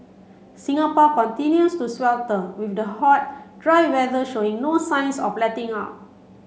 Singapore continues to swelter with the hot dry weather showing no signs of letting up